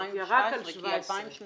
--- 2018 עוד לא